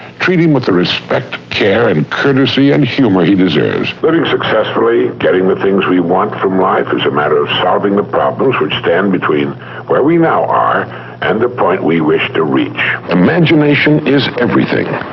treat him with the respect, care, and courtesy and humor he deserves. living successfully, getting the things we want from life, is a matter of solving the problems which stand between where we now are and the point we wish to reach. imagination is everything,